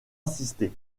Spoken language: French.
assisté